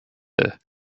her